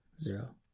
Zero